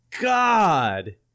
God